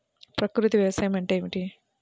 ప్రకృతి వ్యవసాయం అంటే ఏమిటి?